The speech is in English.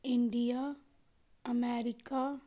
India America